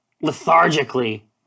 lethargically